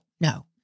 no